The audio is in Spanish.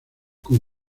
con